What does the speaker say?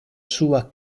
sua